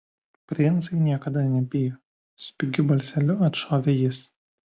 princai niekada nebijo spigiu balseliu atšovė jis